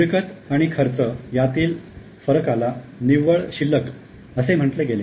मिळकत आणि खर्च यातील फरकाला निव्वळ शिल्लक असे म्हटले गेले